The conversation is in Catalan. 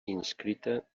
inscrita